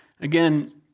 again